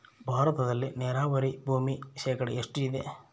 ಭಾರತದಲ್ಲಿ ನೇರಾವರಿ ಭೂಮಿ ಶೇಕಡ ಎಷ್ಟು ಇದೆ?